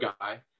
guy